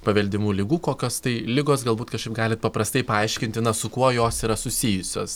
paveldimų ligų kokios tai ligos galbūt kažkaip galit paprastai paaiškinti na su kuo jos yra susijusios